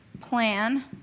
plan